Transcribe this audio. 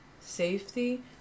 safety